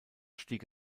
stieg